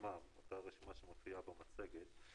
הייתה גם חשיפה לחלק מהדברים המעניינים שעושים בנס ציונה למשל.